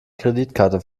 kreditkarte